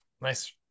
nice